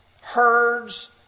herds